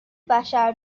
بشر